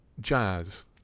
jazz